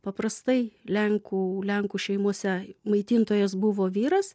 paprastai lenkų lenkų šeimose maitintojas buvo vyras